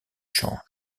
change